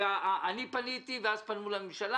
ואז פנו לממשלה